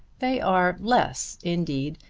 they are less indeed,